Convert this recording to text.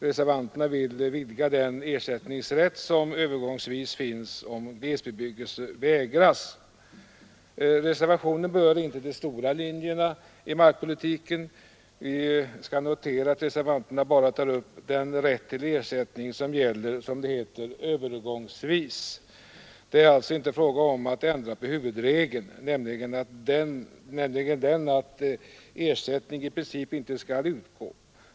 Reservanterna vill vidga den ersättningsrätt som övergångsvis finns om glesbebyggelse vägras. Reservationen berör inte de stora linjerna i markpolitiken. Vi skall notera att reservanterna bara tar upp den rätt till ersättning som gäller, som det heter ”övergångsvis”. Det är alltså inte fråga om att ändra på huvudregeln, nämligen den att ersättning i princip inte skall utgå.